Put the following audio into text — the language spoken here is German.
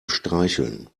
streicheln